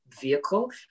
vehicle